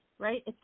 right